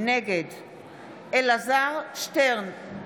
נגד אלעזר שטרן,